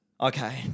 Okay